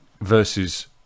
versus